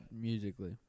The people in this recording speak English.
musically